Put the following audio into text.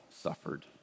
suffered